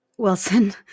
Wilson